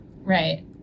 Right